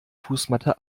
fußmatte